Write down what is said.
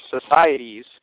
Societies